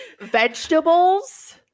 vegetables